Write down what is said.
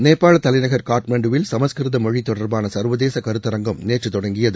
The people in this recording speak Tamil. நேபாள தலைநகர் காட்மண்டுவில் சமஸ்கிருதம் மொழி தொடர்பான சர்வதேச கருத்தரங்கம் நேற்று தொடங்கியது